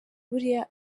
buriya